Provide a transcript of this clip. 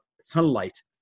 sunlight